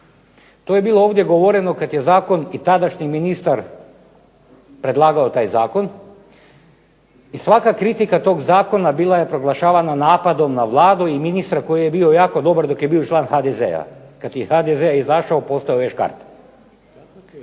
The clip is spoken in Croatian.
To je bilo ovdje govoreno kada je zakon i tadašnji ministar predlagao taj zakon i svaka kritika toga zakona bila je proglašavana napadom na Vladu i ministra koji je bio jako dobar dok je bio član HDZ-a, kada je iz HDZ-a izašao postao je škart.